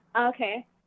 Okay